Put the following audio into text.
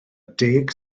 deg